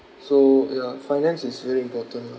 so ya finance is very important lah